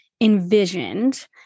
envisioned